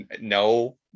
No